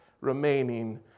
remaining